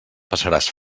passaràs